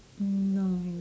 mm no